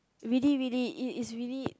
really really is is really